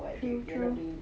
true true